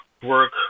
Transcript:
work